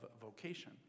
vocation